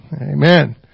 Amen